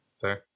Fair